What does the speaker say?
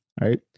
right